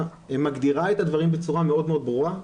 מגדירה את הדברים בצורה מאוד ברורה,